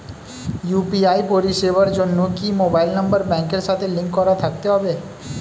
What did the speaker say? UPI পরিষেবার জন্য কি মোবাইল নাম্বার ব্যাংকের সাথে লিংক করা থাকতে হবে?